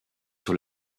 sur